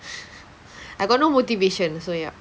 I got no motivation so ya